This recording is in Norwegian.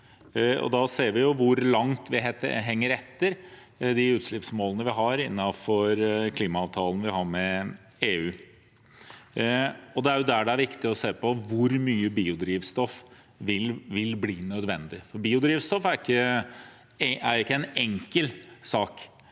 Da ser vi hvor langt vi henger etter de utslippsmålene vi har innenfor klimaavtalen vi har med EU, og det er jo der det er viktig å se på hvor mye biodrivstoff som vil bli nødvendig. Biodrivstoff er ikke en enkel sak.